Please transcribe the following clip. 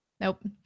Nope